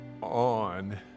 on